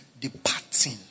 Departing